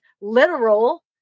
literal